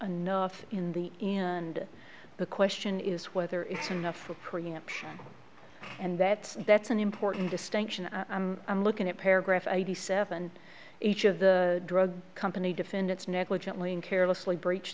enough in the end the question is whether it's enough for preemption and that's that's an important distinction i'm looking at paragraph eighty seven each of the drug company defendants negligently and carelessly breach